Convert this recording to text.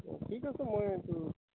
ঠিক আছে মই এইতো